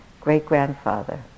great-grandfather